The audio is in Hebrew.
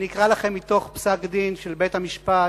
אני אקרא לכם מתוך פסק-דין של בית-המשפט